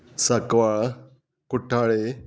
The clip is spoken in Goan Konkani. सांकवाळ कुठ्ठाळे